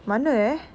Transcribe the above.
mana eh